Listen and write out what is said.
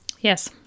Yes